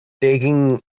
taking